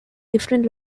different